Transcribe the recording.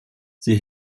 sie